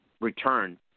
return